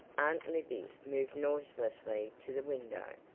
aunt libby moved noiselessly to the window,